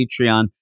Patreon